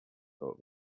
thought